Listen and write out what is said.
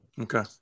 Okay